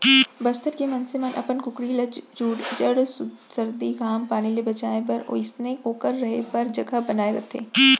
बस्तर के मनसे मन अपन कुकरी ल जूड़ सरदी, घाम पानी ले बचाए बर ओइसनहे ओकर रहें बर जघा बनाए रथें